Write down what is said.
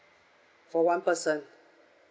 for one person